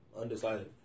undecided